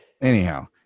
Anyhow